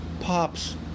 Pops